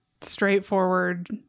straightforward